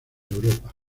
europa